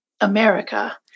America